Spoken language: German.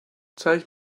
zeig